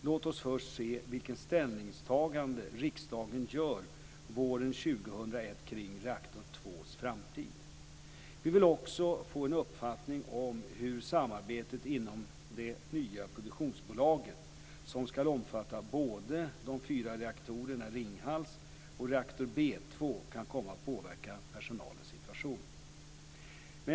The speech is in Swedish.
Låt oss först se vilket ställningstagande riksdagen gör våren 2001 kring reaktor 2:s framtid. Vi vill också få en uppfattning om hur samarbetet inom det nya produktionsbolaget, som ska omfatta både de fyra reaktorerna i Ringhals och reaktor B 2, kan komma att påverka personalens situation.